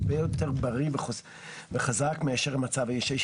הרבה יותר בריא וחזק מאשר המצב היום?